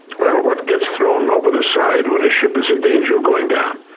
well, what gets thrown over the side when a ship is in danger of going down?